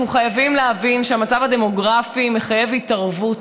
אנחנו חייבים להבין שהמצב הדמוגרפי מחייב התערבות,